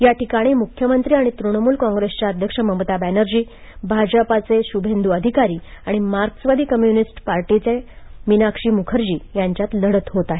या ठिकाणी मुख्यमंत्री आणितृणमूल काँग्रेसच्या अध्यक्ष ममता बॅनर्जी भाजपाचे शुभेंद् अधिकारी आणि मार्क्सवादी कम्युनिस्ट पार्टीच्यामीनाक्षी मुखर्जी यांच्यात लढत होणारआहे